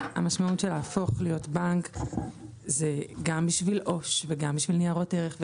שהמדיניות של להפוך בנק זה גם בשביל עו"ש וגם בשביל ניירות ערך.